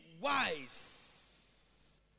wise